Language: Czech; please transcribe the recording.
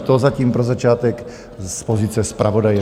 To zatím pro začátek z pozice zpravodaje.